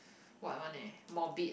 what one eh morbid